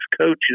coaches